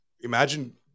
Imagine